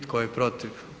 Tko je protiv?